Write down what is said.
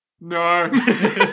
No